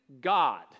God